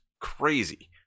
crazy